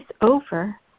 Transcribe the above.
over